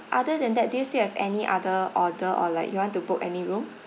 other than that do you still have any other order or like you want to put any room